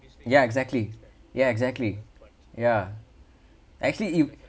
ya exactly ya exactly ya actually if